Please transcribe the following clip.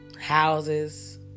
houses